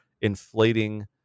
inflating